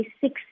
six